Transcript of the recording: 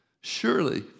surely